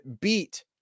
beat